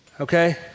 Okay